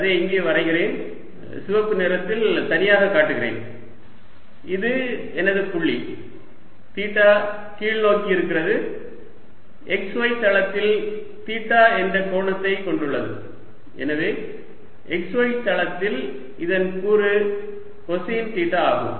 அதை இங்கே வரைகிறேன் சிவப்பு நிறத்தில் தனியாக காட்டுகிறேன் இது எனது புள்ளி தீட்டா கீழ்நோக்கி இருக்கிறது xy தளத்தில் தீட்டா என்ற கோணத்தை கொண்டுள்ளது எனவே xy தளத்தில் இதன் கூறு கொசைன் தீட்டா ஆகும்